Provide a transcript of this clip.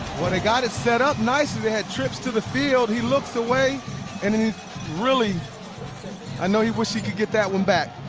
they got it set up nicely. they had interest trips to the field. he looked away and and he really i know he wishes he could get that one back